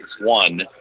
One